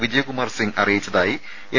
വിജയകുമാർ സിംഗ് അറിയിച്ചതായി എൻ